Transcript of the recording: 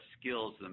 skills